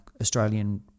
Australian